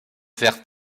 vers